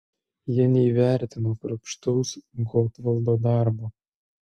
jie neįvertino kruopštaus gotvaldo darbo